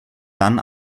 dann